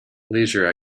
leisure